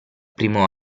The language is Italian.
primo